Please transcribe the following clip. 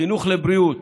חינוך לבריאות